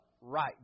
right